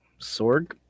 Sorg